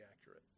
accurate